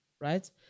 right